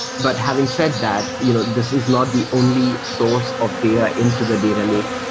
but having said that, you know this is not the only source of data into the data lake.